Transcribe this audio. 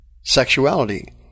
sexuality